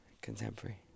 contemporary